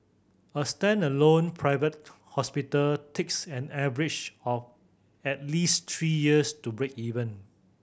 a standalone private hospital takes an average of at least three years to break even